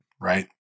right